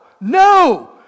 no